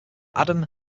adam